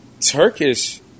Turkish